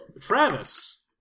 Travis